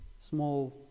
small